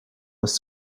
was